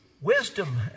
wisdom